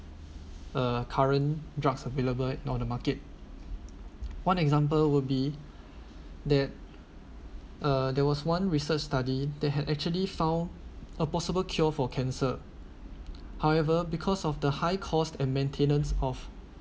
uh current drugs available nor the market one example would be that uh there was one research study that had actually found a possible cure for cancer however because of the high cost and maintenance of